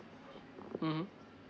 mmhmm